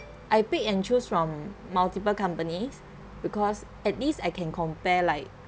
I pick and choose from multiple companies because at least I can compare like